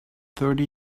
thirty